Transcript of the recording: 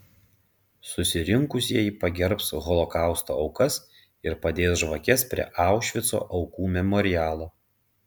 susirinkusieji pagerbs holokausto aukas ir padės žvakes prie aušvico aukų memorialo